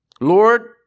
Lord